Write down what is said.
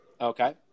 Okay